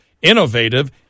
innovative